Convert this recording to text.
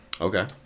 Okay